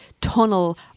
tunnel